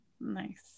Nice